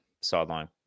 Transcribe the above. sideline